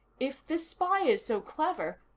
if this spy is so clever,